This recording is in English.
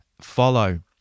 Follow